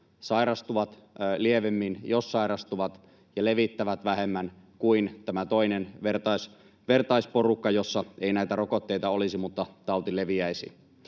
sairastuvat lievemmin, jos sairastuvat, ja levittävät vähemmän kuin tämä toinen vertaisporukka, jossa ei näitä rokotteita olisi mutta tauti leviäisi.